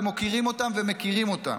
ומוקירים אותם ומכירים אותם.